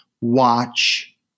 watch